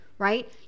Right